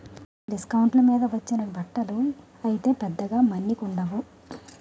డిస్కౌంట్ల మీద వచ్చిన బట్టలు అయితే పెద్దగా మన్నికుండవు